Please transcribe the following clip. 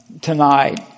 tonight